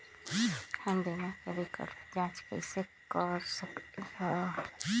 हम बीमा विकल्प के जाँच कैसे कर सकली ह?